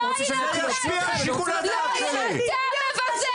לא חוקי לאיים על התקציבים שלי, לא -- אתם מבזים